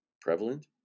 prevalent